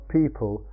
people